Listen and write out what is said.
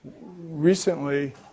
Recently